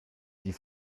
die